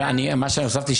אבל מה שהוספתי,